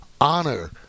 honor